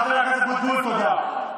חבר הכנסת אבוטבול, תודה.